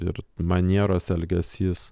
ir manieros elgesys